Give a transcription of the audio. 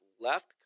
left